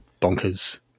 bonkers